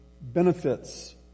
benefits